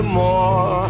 more